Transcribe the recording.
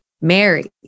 mary